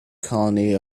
colony